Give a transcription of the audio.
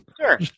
Sure